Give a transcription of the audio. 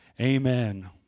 Amen